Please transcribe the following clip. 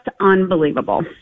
unbelievable